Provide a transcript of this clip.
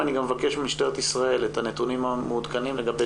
אני מבקש ממשטרת ישראל את הנתונים המעודכנים לגבי